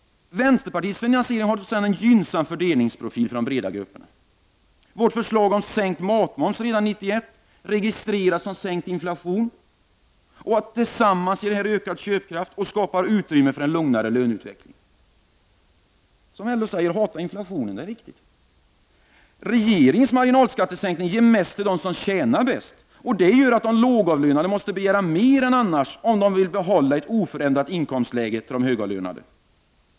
Vänsterpartiets finansiering har en gynnsam fördelningsprofil för de breda grupperna. Vårt förslag om sänkt matmoms redan 1991 registreras som sänkt inflation. Allt detta tillsammans ger ökad köpkraft och skapar utrymme för en lugnare löneutveckling. Att hata inflationen, som LO säger, är riktigt. Regeringens marginalskattesänkning ger mest till dem som tjänar bäst. Det gör att de lågavlönade måste begära mer än annars om de vill behålla ett oförändrat inkomstläge i förhållande till de högavlönade.